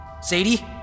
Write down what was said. Sadie